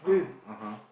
(uh huh) (uh huh)